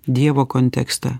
dievo kontekstą